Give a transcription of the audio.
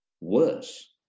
worse